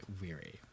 weary